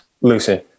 Lucy